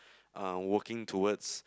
uh working towards